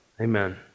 Amen